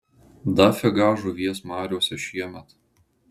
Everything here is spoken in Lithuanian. dafiga žuvies mariose šiemet